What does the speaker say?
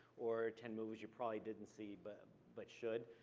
or ten movies you probably didn't see, but but should?